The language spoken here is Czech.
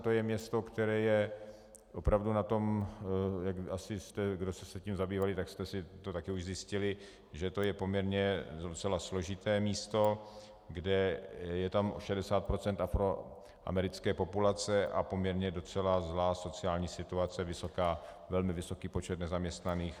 To je město, které je opravdu na tom, jak asi, kdo jste se tím zabývali, tak jste si to také už zjistili, že to je poměrně docela složité místo, kde je tam 60 % afroamerické populace a poměrně docela zlá sociální situace, velmi vysoký počet nezaměstnaných.